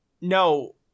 No